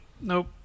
Nope